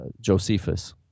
Josephus